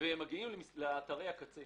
מגיעים לאתרי הקצה